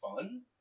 fun